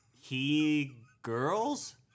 he-girls